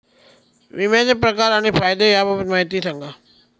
विम्याचे प्रकार आणि फायदे याबाबत माहिती सांगा